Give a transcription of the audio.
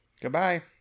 Goodbye